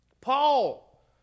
Paul